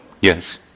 yes